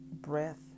breath